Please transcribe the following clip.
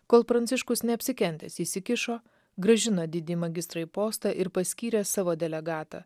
kol pranciškus neapsikentęs įsikišo grąžino didįjį magistrą į postą ir paskyrė savo delegatą